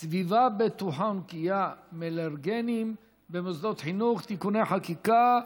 סביבה בטוחה ונקייה מאלרגנים במוסדות חינוך (תיקוני חקיקה),